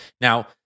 Now